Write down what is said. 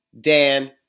Dan